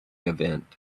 event